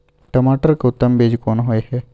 टमाटर के उत्तम बीज कोन होय है?